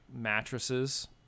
mattresses